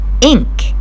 ink